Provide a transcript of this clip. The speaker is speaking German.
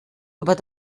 über